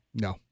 No